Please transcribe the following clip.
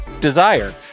Desire